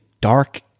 dark